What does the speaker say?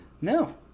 No